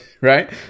Right